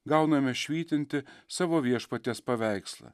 gauname švytintį savo viešpaties paveikslą